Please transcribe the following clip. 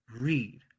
Read